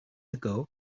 ago